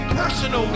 personal